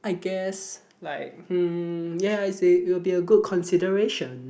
I guess like hmm yeah I said it will be a good consideration